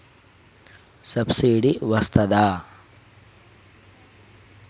Subsidy వస్తదా?